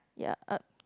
ya uh